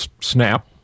snap